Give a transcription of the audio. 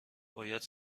باید